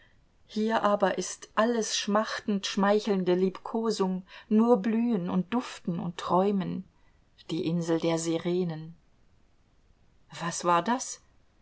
hier aber ist alles schmachtend schmeichelnde liebkosung nur blühen und duften und träumen die insel der sirenen was war das